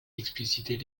expliciter